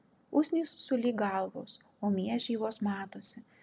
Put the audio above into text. usnys sulig galvos o miežiai vos matosi